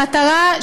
המטרה,